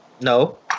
No